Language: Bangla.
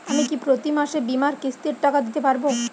আমি কি প্রতি মাসে বীমার কিস্তির টাকা দিতে পারবো?